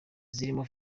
zirimo